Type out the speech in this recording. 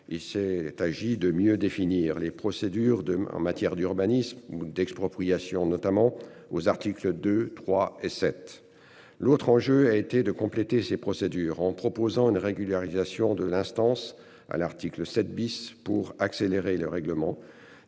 Il s'est agi de mieux définir les procédures de en matière d'urbanisme ou d'expropriation notamment aux articles deux 3 et 7. L'autre enjeu a été de compléter ses procédures en proposant une régularisation de l'instance à l'article 7 bis pour accélérer le règlement